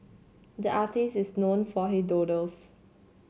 the artist is known for he doodles